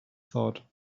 thought